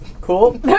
Cool